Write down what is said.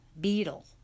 Beetle